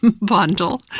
bundle